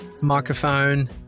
microphone